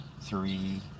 three